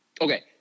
Okay